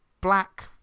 black